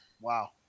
Wow